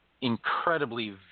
incredibly